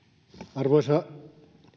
arvoisa